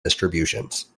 distributions